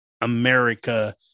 America